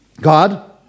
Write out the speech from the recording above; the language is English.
God